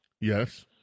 Yes